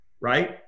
right